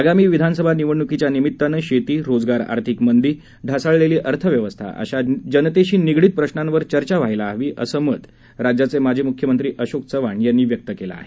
आगामी विधानसभा निवडणुकीच्या निमित्तानं शेती रोजगार आर्थिक मंदी ढासळलेली अर्थव्यवस्था अशा जनतेशी निगडित प्रशांवर चर्चा व्हायला हवी असं राज्याचे माजी मुख्यमंत्री अशोक चव्हाण यांनी म्हटलं आहे